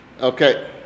Okay